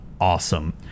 awesome